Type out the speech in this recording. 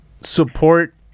support